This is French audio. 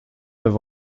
neuf